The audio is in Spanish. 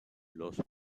los